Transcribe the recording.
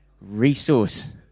resource